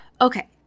Okay